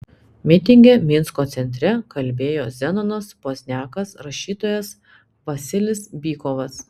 mitinge minsko centre kalbėjo zenonas pozniakas rašytojas vasilis bykovas